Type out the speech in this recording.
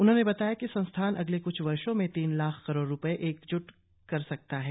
उन्होंने बताया कि संस्थान अगले क्छ वर्षो में तीन लाख करोड़ रूपए तक जुटा सकता है